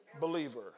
believer